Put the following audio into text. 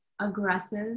aggressive